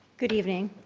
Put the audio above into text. good evening,